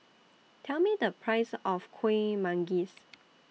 Tell Me The Price of Kueh Manggis